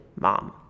mom